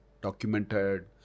documented